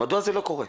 מדוע זה לא קורה?